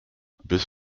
bis